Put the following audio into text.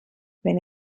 wenn